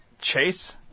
Chase